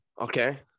Okay